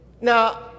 Now